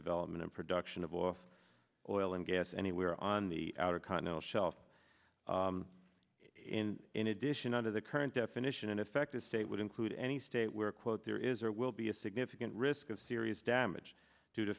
development and production of off oil and gas anywhere on the outer continental shelf in in addition under the current definition an effective state would include any state where quote there is or will be a significant risk of serious damage